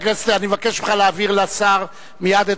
חבר הכנסת,